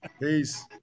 Peace